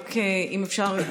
רק אם אפשר,